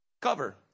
Cover